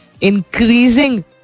increasing